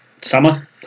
Summer